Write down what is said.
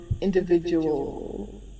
individual